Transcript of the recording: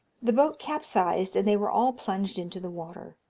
the boat capsized, and they were all plunged into the water.